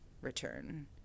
return